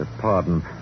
Pardon